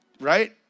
right